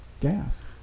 gas